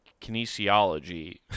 kinesiology